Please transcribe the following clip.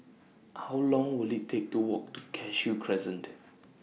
How Long Will IT Take to Walk to Cashew Crescent